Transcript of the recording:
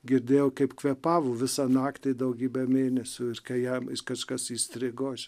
girdėjau kaip kvėpavo visą naktį daugybę mėnesių kai jam kažkas įstrigo aš